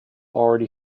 already